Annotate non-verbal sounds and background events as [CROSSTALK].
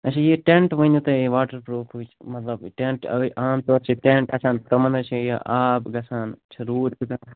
اَچھا یہِ ٹیٚنٹ ؤنِو تُہۍ واٹَر پرٛوٗفٕچ مطلب ٹیٚنٹ یہِ عام طور چھِ ٹیٚنٹ آسان تِمَن حظ چھِ یہِ آب گژھان چھِ روٗد [UNINTELLIGIBLE]